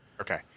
Okay